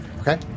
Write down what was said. Okay